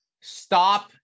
Stop